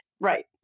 Right